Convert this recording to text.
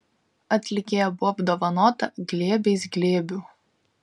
atlikėja buvo apdovanota glėbiais glėbių